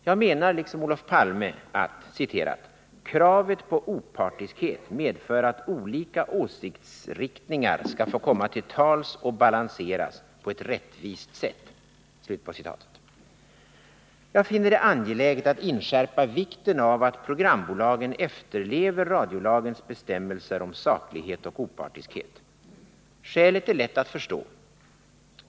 Jag menar liksom Olof Palme att ”kravet på opartiskhet medför att olika åsiktsinriktningar skall få komma till tals och balanseras på ett rättvist sätt”. Jag finner det angeläget att inskärpa vikten av att programbolagen efterlever radiolagens bestämmelser om saklighet och opartiskhet. Skälet är lätt att förstå.